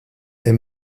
est